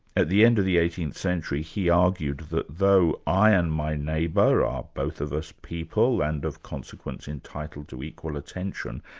at the end of the eighteenth century he argued that though i and my neighbour are both of us people and of consequence entitled to equal attention.